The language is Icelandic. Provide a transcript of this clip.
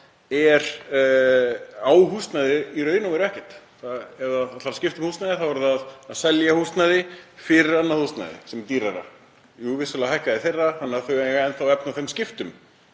sem á húsnæði í raun og veru ekkert. Ef það ætlar að skipta um húsnæði þá er það að selja húsnæði fyrir annað húsnæði sem er dýrara. Jú, vissulega hækkaði þeirra húsnæði þannig að það hefur enn þá efni á þeim skiptum.